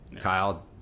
Kyle